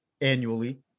annually